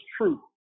true